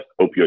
opioid